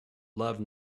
love